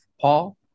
Paul